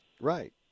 Right